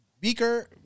Beaker